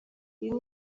uyu